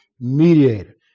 mediator